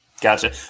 Gotcha